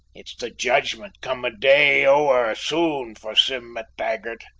it's the judgment come a day ower soon for sim mactaggart.